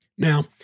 Now